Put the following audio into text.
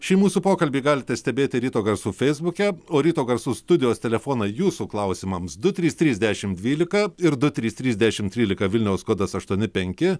šį mūsų pokalbį galite stebėti ryto garsų feisbuke o ryto garsų studijos telefoną jūsų klausimams du trys trys dešim dvylika ir du trys trys dešim trylika vilniaus kodas aštuoni penki